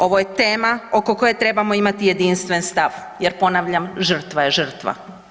Ovo je tema oko koje trebamo imati jedinstven stav jer ponavljam, žrtva je žrtva.